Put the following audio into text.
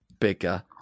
bigger